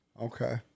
Okay